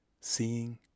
Seeing